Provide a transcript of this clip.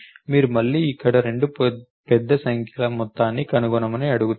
మీరు మళ్లీ ఇక్కడ 2 పెద్ద సంఖ్యల కూడిక ని కనుగొనమని అడుగుతారు